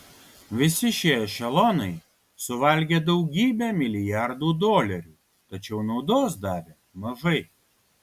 visi šie ešelonai suvalgė daugybę milijardų dolerių tačiau naudos davė mažai